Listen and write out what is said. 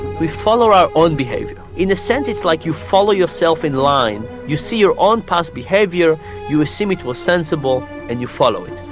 we follow our own behaviour. in a sense it's like you follow yourself in line, you see your own past behaviour you assume it was sensible and you follow it.